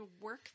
work